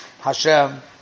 Hashem